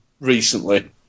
recently